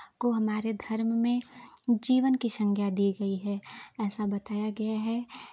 को हमारे धर्म में जीवन की संज्ञा दी गई है ऐसा बताया गया है